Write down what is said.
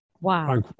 Wow